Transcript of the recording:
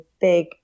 big